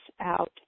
out